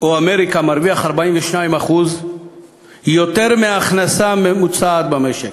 או אמריקה מרוויח 42% יותר מההכנסה הממוצעת במשק,